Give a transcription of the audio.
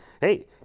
hey